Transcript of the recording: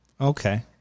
Okay